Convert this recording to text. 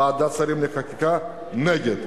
ועדת שרים לחקיקה נגד.